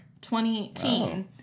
2018